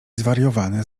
zwariowane